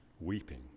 weeping